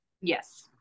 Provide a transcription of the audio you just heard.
Yes